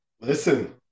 Listen